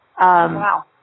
Wow